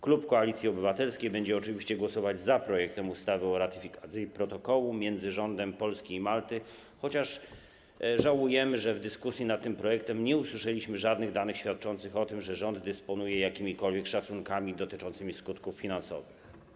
Klub Koalicji Obywatelskiej będzie oczywiście głosował za projektem ustawy o ratyfikacji protokołu między rządem Polski i rządem Malty, chociaż żałujemy, że w dyskusji nad tym projektem nie usłyszeliśmy żadnych danych świadczących o tym, że rząd dysponuje jakimikolwiek szacunkami dotyczącymi skutków finansowych.